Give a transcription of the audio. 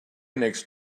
next